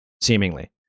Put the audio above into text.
seemingly